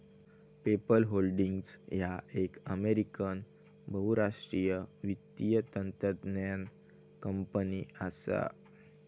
PayPal Holdings ह्या एक American बहुराष्ट्रीय वित्तीय तंत्रज्ञान कंपनी असा